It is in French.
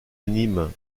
anime